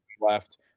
left